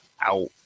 out